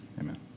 amen